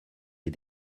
les